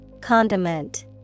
Condiment